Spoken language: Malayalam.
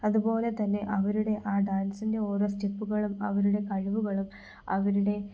അതുപോലെ തന്നെ അവരുടെ ആ ഡാൻസിൻ്റെ ഓരോ സ്റ്റെപ്പുകളും അവരുടെ കഴിവുകളും അവരുടെ